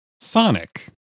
Sonic